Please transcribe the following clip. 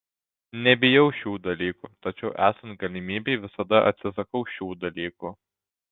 nebijau šių dalykų tačiau esant galimybei visada atsisakau šių dalykų